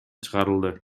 чыгарылды